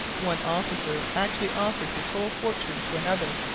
one officer actually offered his whole fortune to another,